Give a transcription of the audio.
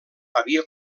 havia